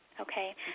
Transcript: Okay